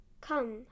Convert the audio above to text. Come